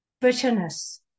bitterness